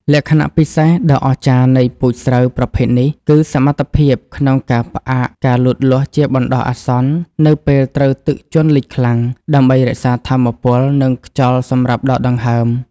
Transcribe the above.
លក្ខណៈពិសេសដ៏អស្ចារ្យនៃពូជស្រូវប្រភេទនេះ គឺសមត្ថភាពក្នុងការផ្អាកការលូតលាស់ជាបណ្តោះអាសន្ននៅពេលត្រូវទឹកជន់លិចខ្លាំង ដើម្បីរក្សាថាមពល និងខ្យល់សម្រាប់ដកដង្ហើម។